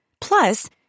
Plus